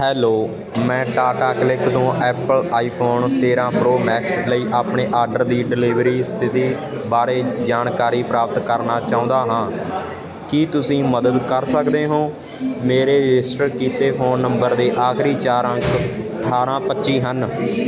hello ਮੈਂ Tata click ਤੋਂ Apple iPhone ਤੇਰਾਂ ਪ੍ਰੋ ਮੈਕਸ ਲਈ ਆਪਣੇ ਆਰਡਰ ਦੀ ਡਿਲੀਵਰੀ ਸਥਿਤੀ ਬਾਰੇ ਜਾਣਕਾਰੀ ਪ੍ਰਾਪਤ ਕਰਨਾ ਚਾਹੁੰਦਾ ਹਾਂ ਕੀ ਤੁਸੀਂ ਮਦਦ ਕਰ ਸਕਦੇ ਹੋ ਮੇਰੇ ਰਜਿਸਟਰ ਕੀਤੇ ਫ਼ੋਨ ਨੰਬਰ ਦੇ ਆਖਰੀ ਚਾਰ ਅੰਕ ਅਠਾਰਾਂ ਪੱਚੀ ਹਨ